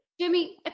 Jimmy